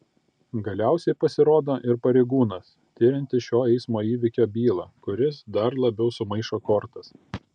galiausiai pasirodo ir pareigūnas tiriantis šio eismo įvykio bylą kuris dar labiau sumaišo kortas